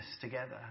together